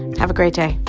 have a great day.